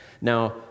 Now